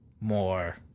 more